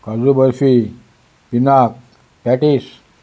काजू बर्फी पिनाक पॅटीश